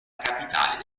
capitale